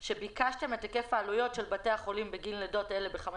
שביקשתם את היקף העלויות של בתי החולים בגין לידות אלה בחמש